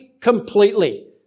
completely